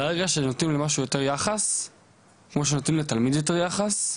ברגע שנותנים למשהו יותר יחס כמו שנותנים לתלמיד יותר יחס,